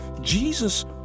Jesus